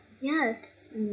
yes